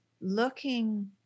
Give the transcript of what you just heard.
looking